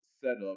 setup